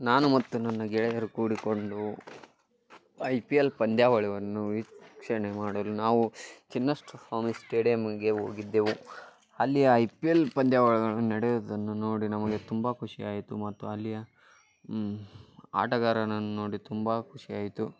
ನಾನು ಮತ್ತು ನನ್ನ ಗೆಳೆಯರು ಕೂಡಿಕೊಂಡು ಐ ಪಿ ಎಲ್ ಪಂದ್ಯಾವಳಿಯನ್ನು ವೀಕ್ಷಣೆ ಮಾಡಲು ನಾವು ಚಿನ್ನಸ್ವಾಮಿ ಸ್ಟೇಡಿಯಮ್ಗೆ ಹೋಗಿದ್ದೆವು ಅಲ್ಲಿಯ ಐ ಪಿ ಎಲ್ ಪಂದ್ಯಾವಳಿಗಳನ್ನು ನಡೆಯುವುದನ್ನು ನೋಡಿ ನಮಗೆ ತುಂಬ ಖುಷಿಯಾಯಿತು ಮತ್ತು ಅಲ್ಲಿಯ ಆಟಗಾರನನ್ನು ನೋಡಿ ತುಂಬ ಖುಷಿಯಾಯಿತು